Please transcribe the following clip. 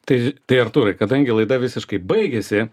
tai tai artūrai kadangi laida visiškai baigiasi